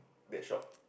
that shop